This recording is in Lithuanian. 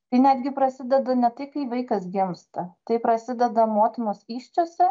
tai netgi prasideda ne tai kai vaikas gimsta tai prasideda motinos įsčiose